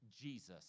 Jesus